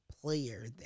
player